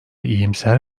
iyimser